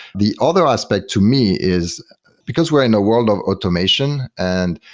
the other aspect to me is because we're in a world of automation and